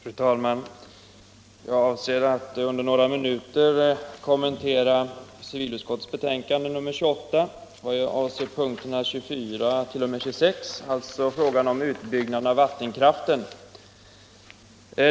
Fru talman! Jag avser att under några minuter kommentera civilutskottets betänkande 28, punkterna 24-26, alltså utbyggnaden av vattenkraften.